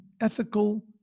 ethical